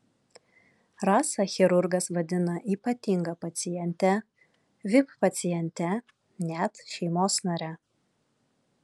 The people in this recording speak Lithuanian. rasą chirurgas vadina ypatinga paciente vip paciente net šeimos nare